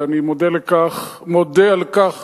ואני מודה על כך